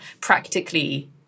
practically